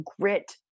grit